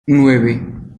nueve